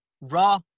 raw